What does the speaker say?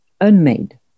unmade